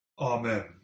amen